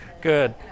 Good